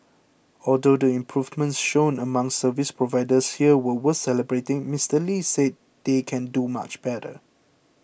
although the improvements shown among service providers here were worth celebrating Mister Lee said they can do much better